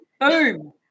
Boom